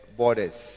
borders